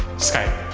skype.